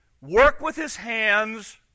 work-with-his-hands